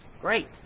Great